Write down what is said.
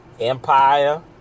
Empire